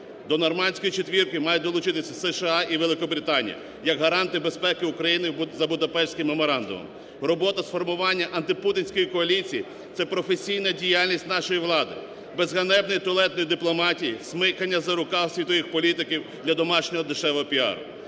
До "норманської четвірки" має долучитися США і Великобританія як гаранти безпеки України за Будапештським меморандумом. Робота сформування антипутінської коаліції – це професійна діяльність нашої влади без ганебної туалетної дипломатії, смикання за рукав світових політиків для домашнього дешевого піару.